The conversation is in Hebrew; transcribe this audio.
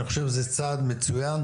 אני חושב שזה צעד מצוין.